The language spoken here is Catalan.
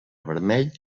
vermell